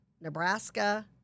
Nebraska